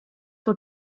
will